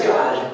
God